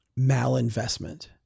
malinvestment